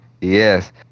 Yes